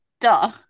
duh